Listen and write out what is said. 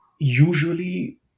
usually